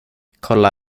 kolla